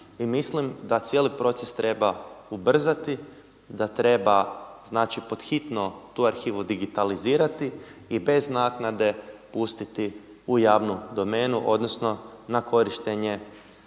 i mislim da cijeli proces treba ubrzati, da treba pod hitno tu arhivu digitalizirati i bez naknade pustiti u javnu domenu odnosno na korištenje